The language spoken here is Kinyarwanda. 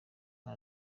nta